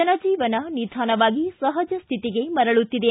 ಜನಜೀವನ ನಿಧಾನವಾಗಿ ಸಹಜಸ್ಠಿತಿಗೆ ಮರಳುತ್ತಿದೆ